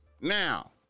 Now